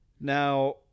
Now